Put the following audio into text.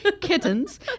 kittens